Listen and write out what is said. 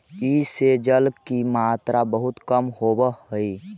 इस में जल की मात्रा बहुत कम होवअ हई